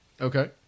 Okay